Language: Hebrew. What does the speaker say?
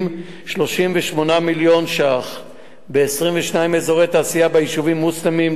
38 מיליון ש"ח ב-22 אזורי תעשייה ביישובים מוסלמיים,